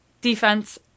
defense